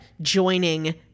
joining